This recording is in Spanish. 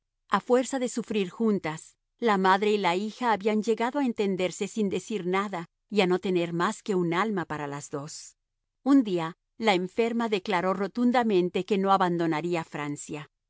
a fuerza de sufrir juntas la madre y la hija habían llegado a entenderse sin decir nada y a no tener más que un alma para las dos un día la enferma declaró rotundamente que no abandonaría francia